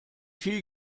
viel